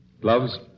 Gloves